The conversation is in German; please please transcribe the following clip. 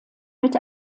mit